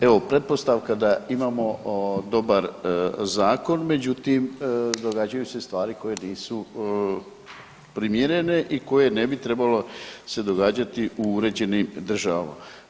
Evo pretpostavka da imamo dobar zakon međutim događaju se stvari koje nisu primjerene i koje ne bi trebalo se događati u uređenim državama.